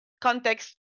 context